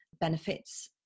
benefits